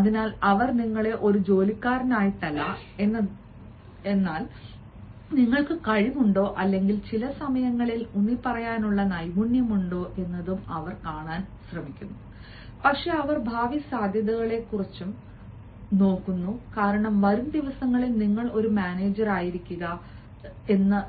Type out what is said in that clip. അതിനാൽ അവർ നിങ്ങളെ ഒരു ജോലിക്കാരനായിട്ടല്ല എന്നതിനാൽ നിങ്ങൾക്ക് കഴിവുണ്ടോ അല്ലെങ്കിൽ ചില സമയങ്ങളിൽ ഊന്നിപ്പറയാനുള്ള നൈപുണ്യമുണ്ടോ എന്നതും അവർ കാണാൻ പോകുന്നു പക്ഷേ അവർ ഭാവി സാധ്യതകളെക്കുറിച്ചും നോക്കുന്നു കാരണം വരും ദിവസങ്ങളിൽ നിങ്ങൾ ഒരു മാനേജരായിരിക്കുക